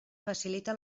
facilita